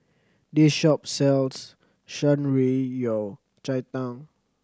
this shop sells Shan Rui Yao Cai Tang